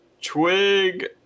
Twig